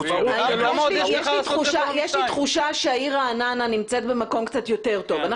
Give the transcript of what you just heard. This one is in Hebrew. יש לי תחושה שהעיר רעננה נמצאת במקום קצת יותר טוב.